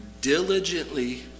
diligently